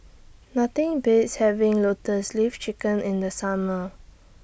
Nothing Beats having Lotus Leaf Chicken in The Summer